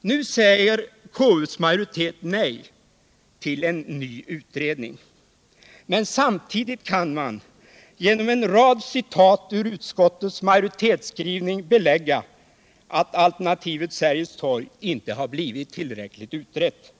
Nu säger konstitutionsutskottets majoritet nej till en ny utredning. Men samtidigt kan man genom en rad citat ur utskottets majoritetsskrivning belägga att alternativet Sergels torg inte har blivit tillräckligt utrett.